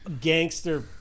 gangster